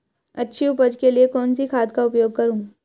अच्छी उपज के लिए कौनसी खाद का उपयोग करूं?